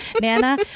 nana